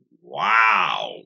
Wow